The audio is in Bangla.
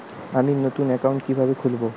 আমি নতুন অ্যাকাউন্ট কিভাবে খুলব?